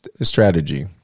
strategy